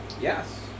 Yes